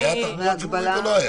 הייתה תחבורה ציבורית או לא?